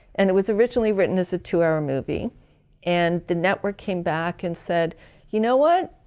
and it was originally written as a two hour movie and the network came back and said you know what?